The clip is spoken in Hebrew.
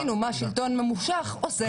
עם זאת, ראינו מה שלטון ממושך עושה.